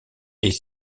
est